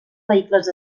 vehicles